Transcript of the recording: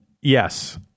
yes